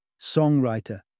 songwriter